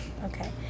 Okay